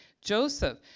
Joseph